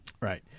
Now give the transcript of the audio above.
Right